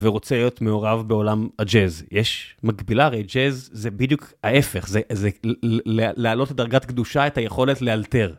ורוצה להיות מעורב בעולם הג'אז. יש מקבילה, הרי ג'אז זה בדיוק ההפך, זה להעלות לדרגת קדושה את היכולת לאלתר.